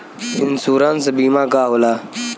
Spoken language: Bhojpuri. इन्शुरन्स बीमा का होला?